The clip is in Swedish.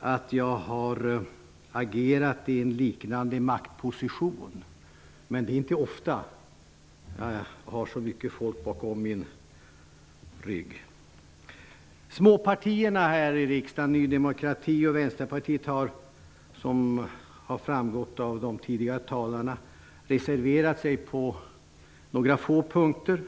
att jag har agerat i en liknande maktposition, men det är inte ofta som jag har haft så mycket folk bakom min rygg. Småpartierna här i riksdagen, Ny demokrati och Vänsterpartiet, har -- som har framgått av de tidigare anförandena -- reserverat sig på några få punkter.